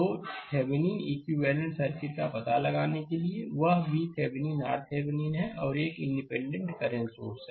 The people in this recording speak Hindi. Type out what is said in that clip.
2 थेविनीन इक्विवेलेंट सर्किट का पता लगाने के लिए वह VThevenin और RThevenin है और एक इंडिपेंडेंट करंट सोर्स है